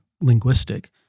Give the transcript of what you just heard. linguistic